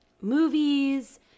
movies